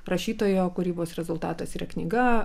rašytojo kūrybos rezultatas yra knyga